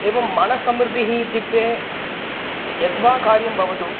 एवं मनसमृद्धिः इत्युक्ते यत् वा कार्यं भवतु